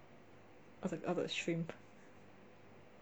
I was like I was shrimp